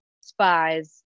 spies